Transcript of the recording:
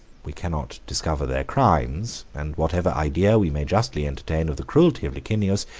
we cannot discover their crimes and whatever idea we may justly entertain of the cruelty of licinius,